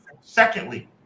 Secondly